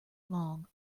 long